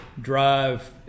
drive